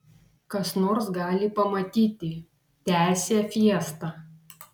kas nors gali pamatyti tęsė fiesta